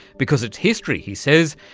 because its history, he says,